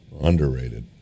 Underrated